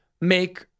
make